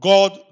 God